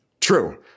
True